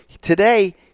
Today